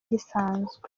gisanzwe